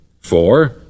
Four